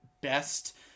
best